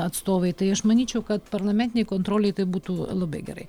atstovai tai aš manyčiau kad parlamentinei kontrolei tai būtų labai gerai